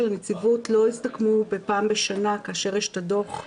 הנציבות לא יסתכמו בפעם בשנה כאשר יש את הדו"ח.